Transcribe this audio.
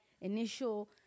initial